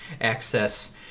access